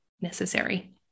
necessary